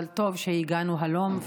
אבל טוב שהגענו הלום,